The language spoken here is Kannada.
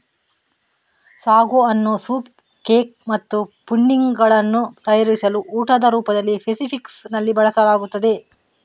ಸಾಗೋ ಅನ್ನು ಸೂಪ್ ಕೇಕ್ ಮತ್ತು ಪುಡಿಂಗ್ ಗಳನ್ನು ತಯಾರಿಸಲು ಊಟದ ರೂಪದಲ್ಲಿ ಫೆಸಿಫಿಕ್ ನಲ್ಲಿ ಬಳಸಲಾಗುತ್ತದೆ